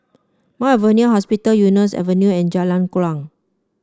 Mount Alvernia Hospital Eunos Avenue and Jalan Kuang